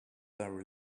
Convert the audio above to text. are